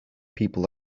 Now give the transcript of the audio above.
people